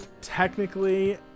technically